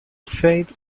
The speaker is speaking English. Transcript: fade